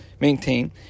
maintain